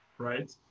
right